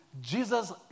Jesus